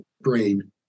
brain